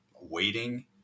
waiting